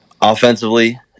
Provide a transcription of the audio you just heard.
offensively